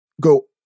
go